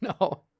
no